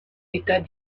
état